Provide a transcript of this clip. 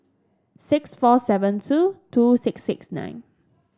six four seven two two six six nine